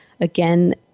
again